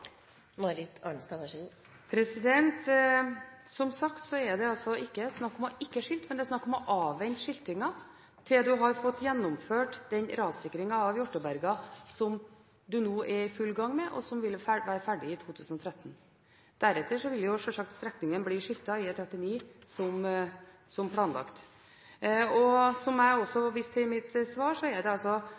ikke snakk om ikke å skilte, men om å avvente skiltingen til man har fått gjennomført rassikringen av Hjartåberga, som man nå er i full gang med, og som vil være ferdig i 2013. Deretter vil selvsagt strekningen bli skiltet E39 som planlagt. Som jeg også viste til i mitt svar, er det